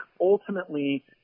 ultimately